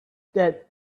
that